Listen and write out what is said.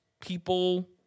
people